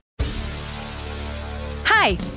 Hi